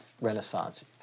Renaissance